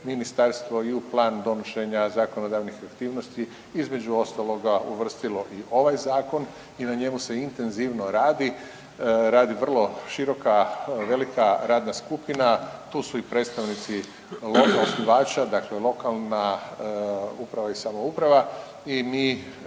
i u plan donošenja zakonodavnih aktivnosti između ostaloga uvrstilo ovaj zakon i na njemu se intenzivno radi, radi vrlo široka, velika radna skupina. Tu su i predstavnici lokalnih osnivača, dakle lokalna uprava i samouprava